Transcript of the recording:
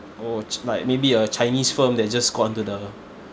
or ch~ like maybe a chinese firm that just gone to the